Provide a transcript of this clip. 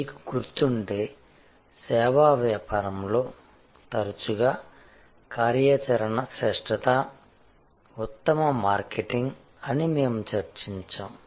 మీకు గుర్తుంటే సేవా వ్యాపారంలో తరచుగా కార్యాచరణ శ్రేష్ఠత ఉత్తమ మార్కెటింగ్ అని మేము చర్చించాము